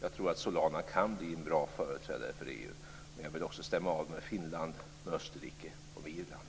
Jag tror att Solana kan bli en bra företrädare för EU. Men jag vill också stämma av med Finland, Österrike och Irland.